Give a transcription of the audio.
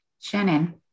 Shannon